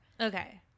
okay